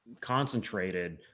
concentrated